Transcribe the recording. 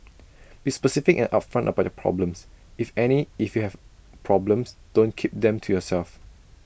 be specific and upfront about your problems if any if you have problems don't keep them to yourself